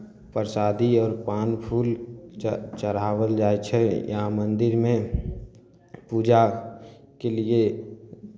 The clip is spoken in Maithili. प्रसादी आओर पान फूल च चढ़ाओल जाइ छै यहाँ मन्दिरमे पूजाके लिए